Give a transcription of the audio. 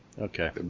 Okay